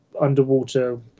underwater